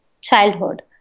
childhood